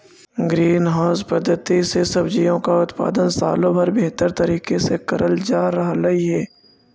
green house पद्धति से सब्जियों का उत्पादन सालों भर बेहतर तरीके से करल जा रहलई हे